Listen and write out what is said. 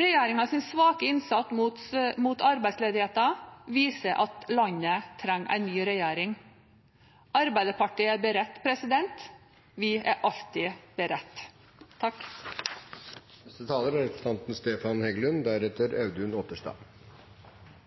Regjeringens svake innsats mot arbeidsledigheten viser at landet trenger en ny regjering. Arbeiderpartiet er beredt. Vi er alltid beredt. Jeg skal gi siste taler